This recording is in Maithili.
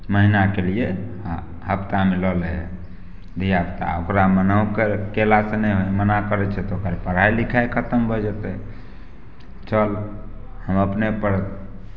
महीनाके लिए हँ हफ्ता मिलल हइ धियापुता ओकरा मनो कर केलासँ नहि होइ हइ मना करय छै तऽ ओकर पढ़ाइ लिखाइ खतम भऽ जेतय चल हम अपने पढ़